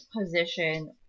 position